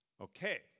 Okay